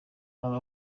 aba